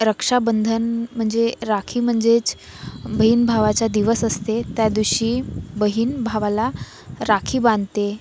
रक्षाबंधन म्हणजे राखी म्हणजेच बहीण भावाचा दिवस असतो त्या दिवशी बहीण भावाला राखी बांधते